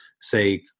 say